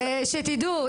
שתדעו,